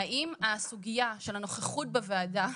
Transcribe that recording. האם הסוגיה של הנוכחות בוועדה,